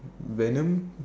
Venom